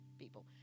people